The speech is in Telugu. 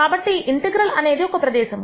కాబట్టి ఇంటెగ్రల్ అనేది ఒకప్రదేశము